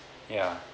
ya